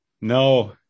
no